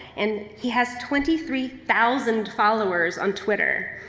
and he has twenty three thousand followers on twitter.